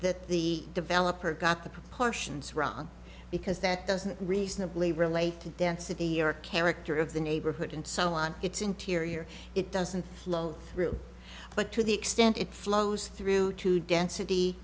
that the developer got the proportions wrong because that doesn't reasonably relate to density or character of the neighborhood and so on its interior it doesn't flow through but to the extent it flows through to density